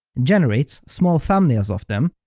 generates small thumbnails of them,